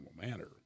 manner